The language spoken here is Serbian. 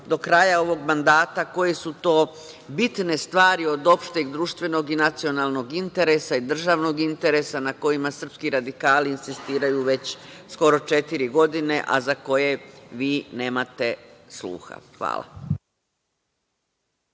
do kraja ovog mandata koje su to bitne stvari od opšteg društvenog i nacionalnog interesa i državnog interesa na kojima srpski radikali insistiraju već skoro četiri godine, a za koje vi nemate sluha. Hvala.